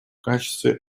качестве